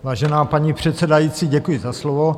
Vážená paní předsedající, děkuji za slovo.